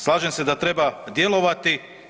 Slažem se da treba djelovati.